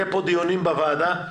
יהיו פה דיונים בוועדה,